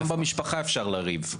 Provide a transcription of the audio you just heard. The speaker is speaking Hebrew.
גם במשפחה אפשר לריב,